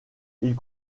ils